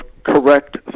correct